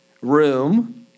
room